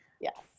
Yes